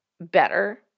better